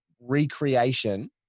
recreation